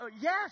yes